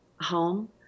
home